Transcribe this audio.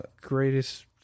greatest